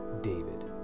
David